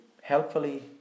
helpfully